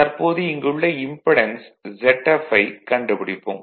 தற்போது இங்கு உள்ள இம்படென்ஸ் Zf ஐக் கண்டுபிடிப்போம்